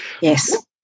Yes